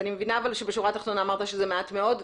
אני מבינה שבשורה התחתונה אמרת שזה מעט מאוד.